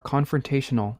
confrontational